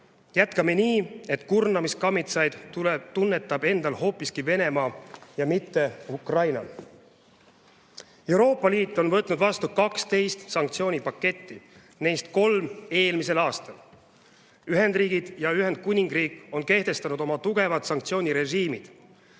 Jätkakem nii, et kurnamiskammitsaid tunnetab endal hoopiski Venemaa ja mitte Ukraina! Euroopa Liit on võtnud vastu 12 sanktsioonipaketti, neist kolm eelmisel aastal. Ühendriigid ja Ühendkuningriik on kehtestanud oma tugevad sanktsioonirežiimid.